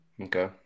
Okay